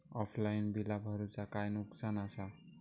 Offline बिला भरूचा काय नुकसान आसा?